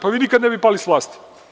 Vi nikada ne bi pali sa vlasti.